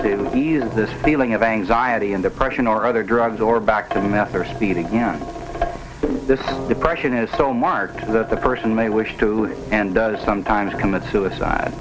to ease this feeling of anxiety in depression or other drugs or back to meth or speed again this depression is so marked that the person may wish to and sometimes commit suicide